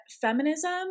feminism